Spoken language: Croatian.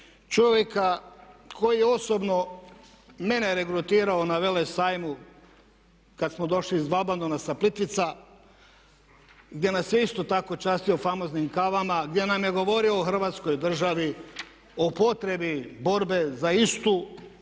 čovjeka koji je osobno mene regrutirao na Velesajmu kad smo došli iz Valbandona sa Plitvica gdje nas je isto tako častio famoznim kavama, gdje nam je govorio o Hrvatskoj državi, o potrebi borbe za istu pa